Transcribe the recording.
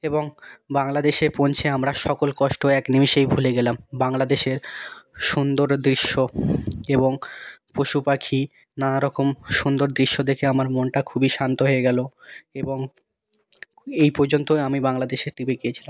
এবং বাংলাদেশে পৌঁছে আমরা সকল কষ্ট এক নিমেষেই ভুলে গেলাম বাংলাদেশের সুন্দর এবং পশু পাখি নানারকম সুন্দর দৃশ্য দেখে আমার মনটা খুবই শান্ত হয়ে গেল এবং এই পর্যন্তই আমি বাংলাদেশ ট্রিপে গিয়েছিলাম